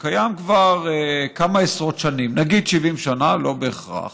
שקיים כבר כמה עשרות שנים, נגיד 70 שנה, לא בהכרח,